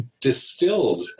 distilled